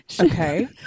okay